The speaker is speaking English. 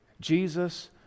Jesus